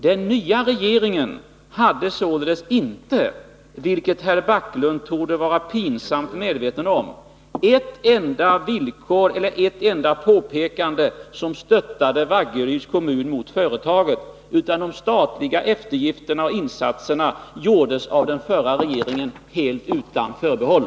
Den nya regeringen hade således inte, vilket herr Backlund torde vara pinsamt medveten om, ett enda villkor eller ett enda påpekande som stöttade Vaggeryds kommun mot företaget, utan de statliga eftergifterna och insatserna gjordes av den förra regeringen helt utan förbehåll.